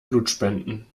blutspenden